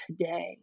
today